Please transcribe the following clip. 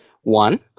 One